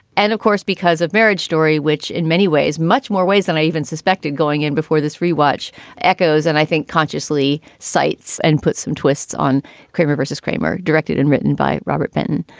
and of course, because of marriage story, which in many ways, much more ways than i even suspected, going in before this rewatch echoes and i think consciously sites and put some twists on kramer versus kramer directed and written by robert benton.